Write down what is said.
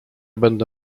będę